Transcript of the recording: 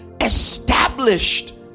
established